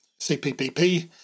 CPPP